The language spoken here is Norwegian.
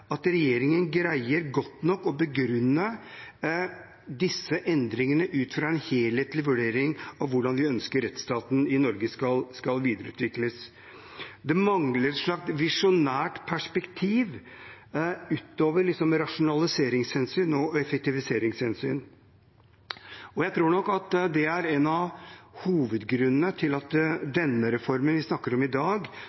rettsstaten i Norge skal videreutvikles. Det mangler et slags visjonært perspektiv utover rasjonaliseringshensyn og effektiviseringshensyn. Jeg tror nok at det er en av hovedgrunnene til at